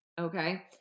Okay